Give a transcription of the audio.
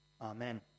amen